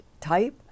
type